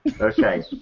Okay